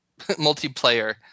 multiplayer